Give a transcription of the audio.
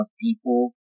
people